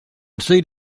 seat